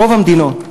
ברוב המדינות.